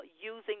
Using